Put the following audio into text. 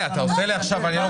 אפשר לקבל את התשובה הזאת או לא?